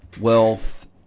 wealth